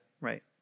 Right